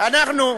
אנחנו,